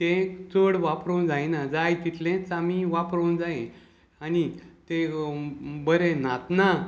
तें चड वापरूंक जायना जाय तितलेंच आमी वापरूंक जाय आनी तें बरें न्हांतना